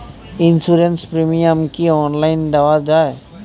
Insurance premium কি online দেওয়া যায়?